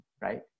right